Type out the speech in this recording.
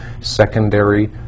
secondary